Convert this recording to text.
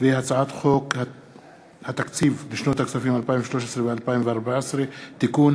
הצעת חוק התקציב לשנות הכספים 2013 ו-2014 (תיקון),